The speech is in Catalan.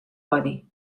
odi